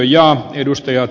kannatan ed